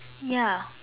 ya